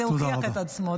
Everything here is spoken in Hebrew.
זה הוכיח את עצמו.